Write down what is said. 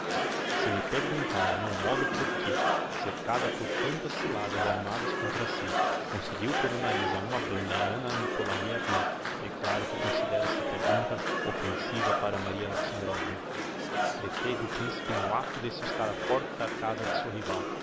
se me perguntarem o modo porquê cercada por tantas ciladas armadas contra si conseguiu pôr o nariz a uma banda á anna nikolaievna declaro que considero esta pergunta offensiva para maria alexandrovna deteve o principe no acto d'este estar á porta da casa da